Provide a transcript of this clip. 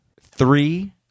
three